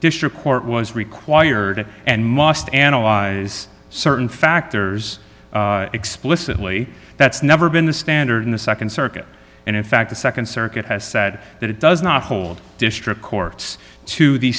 district court was required and must analyze certain factors explicitly that's never been the standard in the nd circuit and in fact the nd circuit has said that it does not hold district courts to the